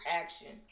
action